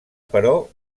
però